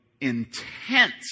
intense